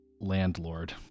landlord